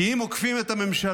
כי אם עוקפים את הממשלה,